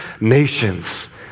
nations